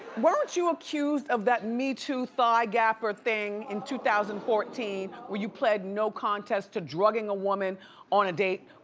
weren't you accused of that me too thigh gapper thing in two thousand and fourteen where you pled no contest to drugging a woman on a date?